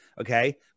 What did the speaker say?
Okay